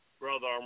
Brother